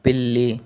పిల్లి